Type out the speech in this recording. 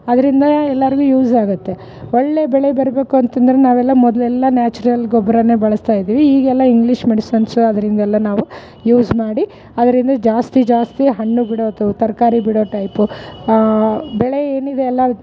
ಅದರಿಂದ ಎಲ್ಲರಿಗು ಯೂಸ್ ಆಗುತ್ತೆ ಒಳ್ಳೇ ಬೆಳೆ ಬರಬೇಕು ಅಂತಂದ್ರೆ ನಾವೆಲ್ಲ ಮೊದಲೆಲ್ಲ ನ್ಯಾಚುರಲ್ ಗೊಬ್ಬರನ್ನೇ ಬಳಸ್ತಾ ಇದ್ವಿಈಗೆಲ್ಲ ಇಂಗ್ಲಿಷ್ ಮೆಡಿಸನ್ಸ್ ಅದರಿಂದೆಲ್ಲ ನಾವು ಯೂಸ್ ಮಾಡಿ ಅದರಿಂದ ಜಾಸ್ತಿ ಜಾಸ್ತಿ ಹಣ್ಣು ಬಿಡೋದು ತರಕಾರಿ ಬಿಡೋ ಟೈಪು ಬೆಳೆ ಏನಿದೆಯಲ್ಲ